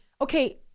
okay